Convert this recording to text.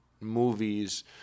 movies